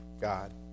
God